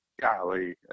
golly